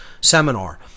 seminar